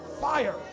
fire